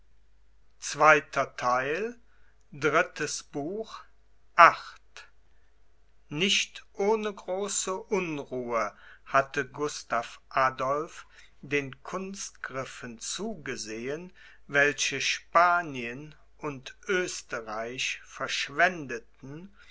nicht ohne große unruhe hatte gustav adolph den kunstgriffen zugesehen welche spanien und oesterreich verschwendeten